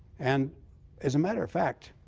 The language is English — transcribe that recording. and as a matter of fact,